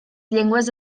llengües